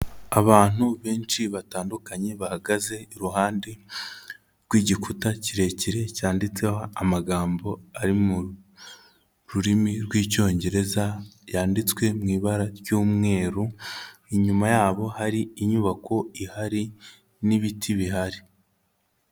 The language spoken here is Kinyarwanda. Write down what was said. Abantu benshi batandukanye bahagaze iruhande rw'igikuta kirekire cyanditseho amagambo ari mu rurimi rw'Icyongereza, yanditswe mu ibara ry'umweru, inyuma yabo hari inyubako ihari n'ibiti bihari.